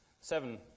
Seven